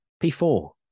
P4